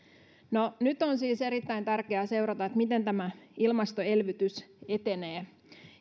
nyt on siis erittäin tärkeää seurata miten tämä ilmastoelvytys etenee